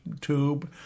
tube